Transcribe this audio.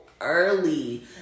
early